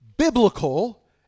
biblical